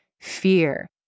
fear